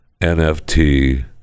nft